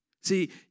See